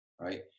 right